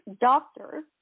Doctor